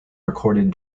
recorded